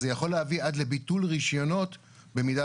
זה יכול להביא עד לביטול רישיונות במידה